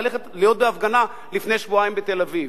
להיות בהפגנה לפני שבועיים בתל-אביב.